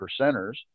percenters